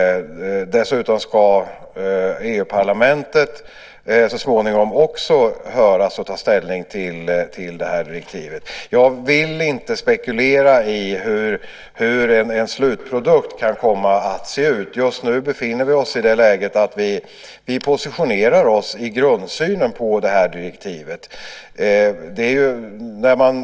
Dessutom ska EU-parlamentet så småningom också höras och ta ställning till det här direktivet. Jag vill inte spekulera i hur en slutprodukt kan komma att se ut. Just nu befinner vi oss i det läget att vi positionerar oss i grundsynen på det här direktivet.